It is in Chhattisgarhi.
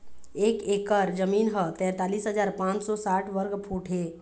एक एकर जमीन ह तैंतालिस हजार पांच सौ साठ वर्ग फुट हे